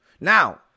Now